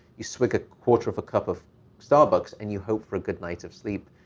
you snick a quarter of a cup of starbucks, and you hope for a good night of sleep,